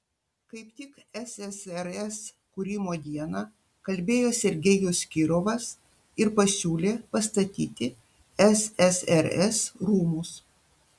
kaip tik ssrs kūrimo dieną kalbėjo sergejus kirovas ir pasiūlė pastatyti ssrs rūmus